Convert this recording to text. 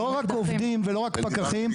לא רק עובדים ולא רק פקחים.